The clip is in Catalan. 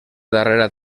darrera